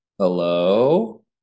Hello